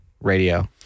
radio